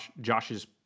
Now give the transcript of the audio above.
Josh's